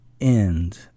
end